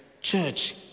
church